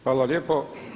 Hvala lijepo.